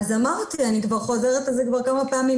אז אמרתי, אני כבר חוזרת על זה כמה פעמים.